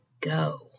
go